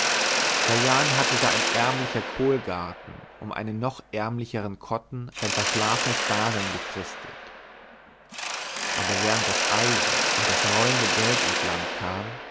vor jahren hatte da ein ärmlicher kohlgarten um einen noch ärmlicheren kotten sein verschlafenes dasein gefristet aber während das eisen und das rollende geld ins land kam